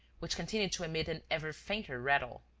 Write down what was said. which continued to emit an ever fainter rattle.